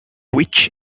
witch